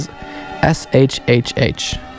S-H-H-H